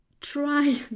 try